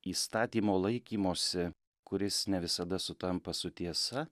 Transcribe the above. įstatymo laikymosi kuris ne visada sutampa su tiesa